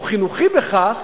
הוא חינוכי בכך